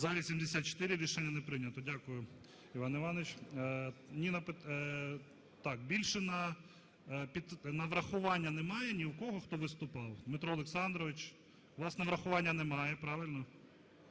За-84 Рішення не прийнято. Дякую, Іван Іванович. Так, більше на врахування немає ні в кого, хто виступав? Дмитро Олександрович, у вас на врахування немає, правильно?